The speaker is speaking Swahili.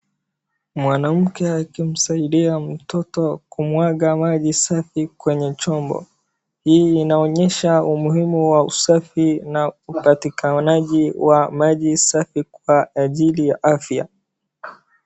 Mwanamke akimsaidia mtoto kumwaga maji safi kwenye chombo, hii inonyesha umuhimu wa usafi na upatikanaji wa maji safi kwa ajili ya afya.